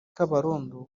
kabarondo